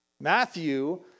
Matthew